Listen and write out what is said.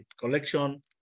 collection